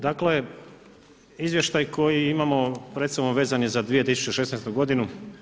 Dakle, izvještaj koji imamo pred sobom vezan je za 2016. godinu.